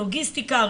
לוגיסטיקה,